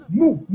move